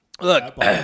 Look